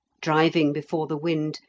driving before the wind,